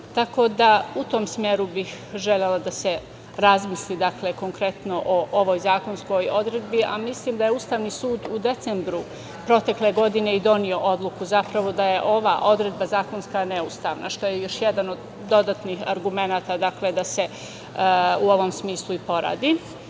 itd.U tom smeru bih želela da se razmisli konkretno o ovoj zakonskoj odredbi, a mislim da je Ustavni sud u decembru protekle godine i doneo odluku da je ova odredba zakonska neustavna, što je još jedan od dodatih argumenata da se u ovom smislu poradi. Moje